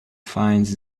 finds